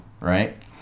right